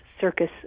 circus